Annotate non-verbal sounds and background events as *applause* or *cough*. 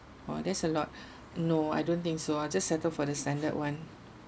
!wah! that's a lot *breath* no I don't think so I just settle for the standard one